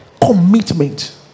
commitment